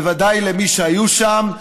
בוודאי למי שהיו שם,